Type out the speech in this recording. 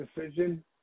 decision